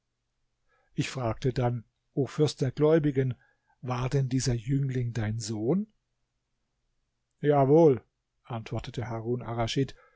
ich fragte dann o fürst der gläubigen war denn dieser jüngling dein sohn jawohl antwortete harun